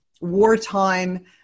wartime